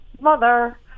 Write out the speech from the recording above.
Mother